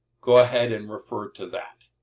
go ahead and refer to that.